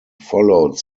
followed